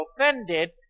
offended